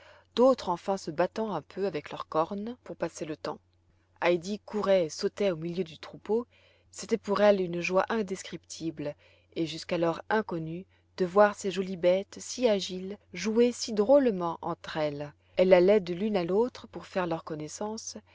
d'autres enfin se battant un peu avec leurs cornes pour passer le temps heidi courait et sautait au milieu du troupeau c'était pour elle une joie indescriptible et jusqu'alors inconnue de voir ces jolies bêtes si agiles jouer si drôlement entre elles elle allait de l'une à l'autre pour faire leur connaissance